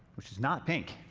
which is not pink.